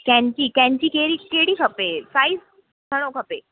कैंची कैंची कहिड़ी कहिड़ी खपे साइज़ घणो खपे